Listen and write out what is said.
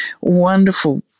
wonderful –